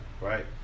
right